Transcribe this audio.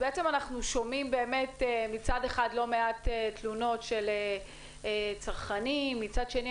אנחנו שומעים מצד אחד לא מעט תלונות של צרכנים ומצד שני,